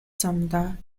замдаа